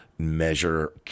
measure